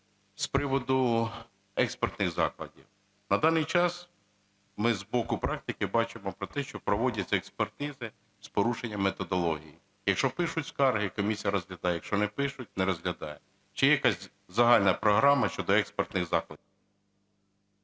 з приводу експертних заходів. На даний час ми з боку практики бачимо про те, що проводяться експертизи з порушеннями методології. Якщо пишуть скарги – комісія розглядає, якщо не пишуть – не розглядає. Чи є якась загальна програма щодо експертних заходів?